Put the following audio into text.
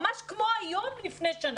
ממש כמו היום לפני שנה.